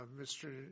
Mr